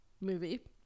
movie